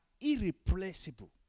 irreplaceable